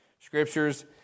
scriptures